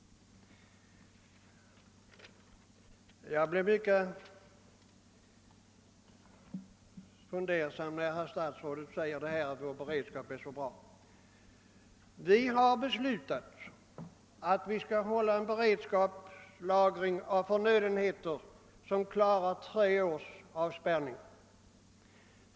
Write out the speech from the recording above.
Jag blev mycket fundersam när herr statsrådet sade att vår beredskap var så bra. Vi har beslutat att vi skall hålla en beredskapslagring av förnödenheter för jordbruksproduktionen som klarar tre års avspärrning.